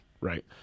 right